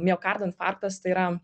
miokardo infarktas tai yra